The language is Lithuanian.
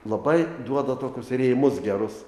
labai duoda tokius rėmus gerus